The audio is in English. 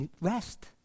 Rest